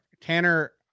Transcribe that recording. Tanner